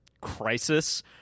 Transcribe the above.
crisis